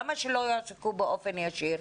למה שלא יועסקו באופן ישיר?